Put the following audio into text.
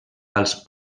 als